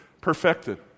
perfected